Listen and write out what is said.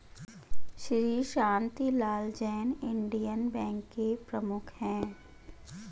Shri Shantilal Jain Indian bank के प्रमुख है